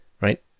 right